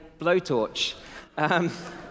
blowtorch